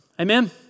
Amen